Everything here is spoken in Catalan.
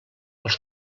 els